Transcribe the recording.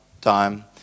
time